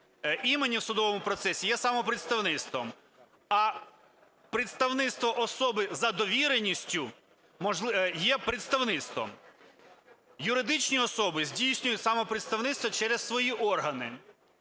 імені в судовому процесі є самопредставництвом, а представництво особи за довіреністю є представництвом. Юридичні особи здійснюють самопредставництво через свої органи.